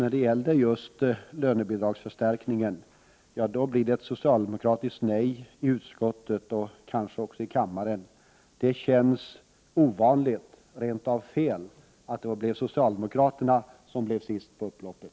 När det gällde lönebidragsförstärkningen blev det ett socialdemokratiskt nej i utskottet, och det blir kanske på samma sätt i kammaren. Det verkar ovanligt, rent av fel, att socialdemokraterna blev sist på upploppet.